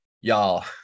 y'all